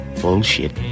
Bullshit